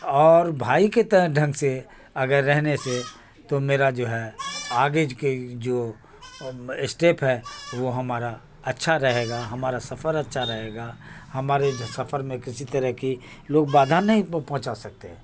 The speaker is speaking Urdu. اور بھائی کے طرح ڈھنگ سے اگر رہنے سے تو میرا جو ہے آگے کے جو اسٹیپ ہے وہ ہمارا اچھا رہے گا ہمارا سفر اچھا رہے گا ہمارے سفر میں کسی طرح کی لوگ بادھا نہیں پہنچا سکتے ہیں